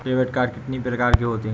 Debit card कितनी प्रकार के होते हैं?